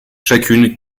chacune